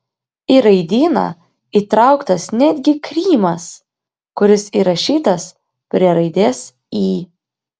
į raidyną įtrauktas netgi krymas kuris įrašytas prie raidės y